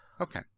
Okay